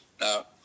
Now